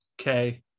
Okay